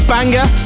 Banger